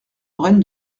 lorraine